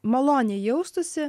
maloniai jaustųsi